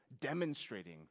demonstrating